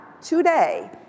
today